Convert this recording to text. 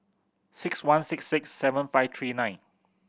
six one six six seven five three nine